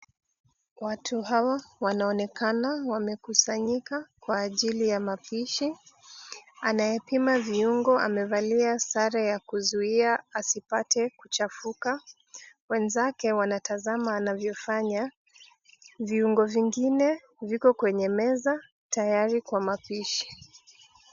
Watu hawa wanaonekana wamekusanyika kwa ajili ya mapishi. Anayepima viungo amevalia sare ya kuzuia asipate kuchafuka. Wenzake wanatazama anavyofanya. Viungo vingine viko kwenye meza tayari kwa mapishi.